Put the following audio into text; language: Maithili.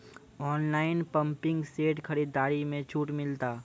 ऑनलाइन पंपिंग सेट खरीदारी मे छूट मिलता?